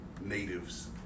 natives